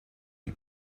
die